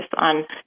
on